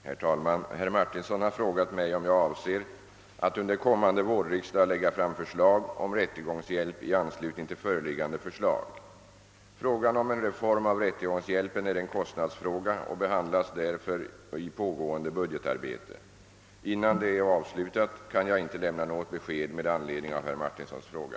Herr talman! Herr Martinsson har frågat mig om jag avser att under kommande vårriksdag lägga fram förslag om rättegångshjälp i anslutning till föreliggande förslag. Frågan om en reform av rättegångshjälpen är en kostnadsfråga och behandlas därför i pågående budgetarbete. Innan detta är avslutat kan jag inte lämna något besked med anledning av Kerr Martinssons fråga.